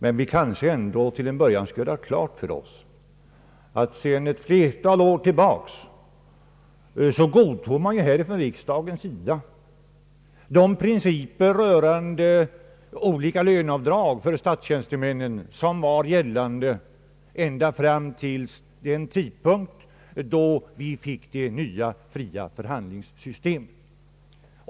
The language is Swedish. Vi bör kanske ändå till en början göra klart för oss att för ett flertal år sedan godtog riksdagen de principer rörande olika löneavdrag för statstjänstemännen som var gällande ända fram till den tidpunkt då vi fick det nya förhandlingssystemet.